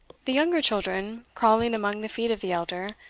the younger children, crawling among the feet of the elder,